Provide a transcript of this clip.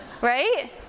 Right